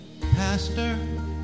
Pastor